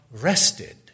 rested